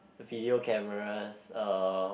video cameras uh